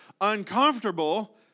uncomfortable